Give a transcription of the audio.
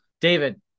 David